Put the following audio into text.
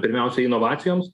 pirmiausiai inovacijoms